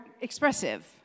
expressive